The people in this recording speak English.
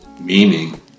meaning